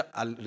al